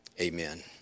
Amen